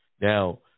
Now